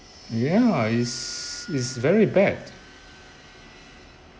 ya it's it's very bad